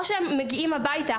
או שהם מגיעים הביתה,